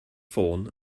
ffôn